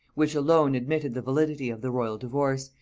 which alone admitted the validity of the royal divorce,